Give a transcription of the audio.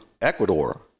Ecuador